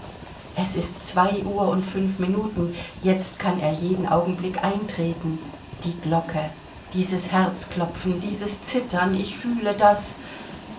es ist zwei uhr und fünf minuten jetzt kann er jeden augenblick eintreten die glocke dieses herzklopfen dieses zittern ich fühle daß